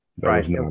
right